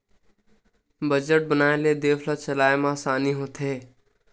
budget बनाए ले देस ल चलाए म असानी होथे